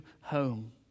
home